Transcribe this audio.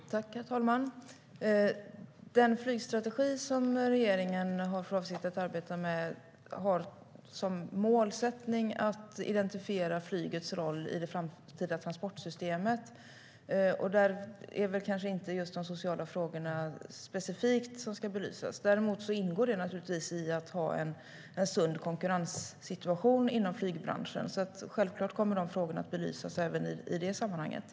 Herr talman! Den flygstrategi som regeringen har för avsikt att arbeta med har som målsättning att identifiera flygets roll i det framtida transportsystemet. Där är det väl kanske inte just de sociala frågorna som ska belysas specifikt. Däremot ingår detta naturligtvis i att ha en sund konkurrenssituation inom flygbranschen. Självklart kommer de frågorna att belysas även i det sammanhanget.